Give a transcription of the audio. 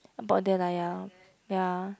about there lah ya ya